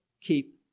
keep